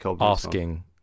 asking